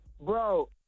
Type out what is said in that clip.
Bro